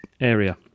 area